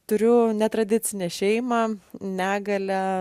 turiu netradicinę šeimą negalią